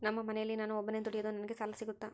ನಮ್ಮ ಮನೆಯಲ್ಲಿ ನಾನು ಒಬ್ಬನೇ ದುಡಿಯೋದು ನನಗೆ ಸಾಲ ಸಿಗುತ್ತಾ?